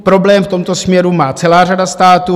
Problém v tomto směru má celá řada států.